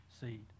seed